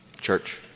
Church